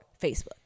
Facebook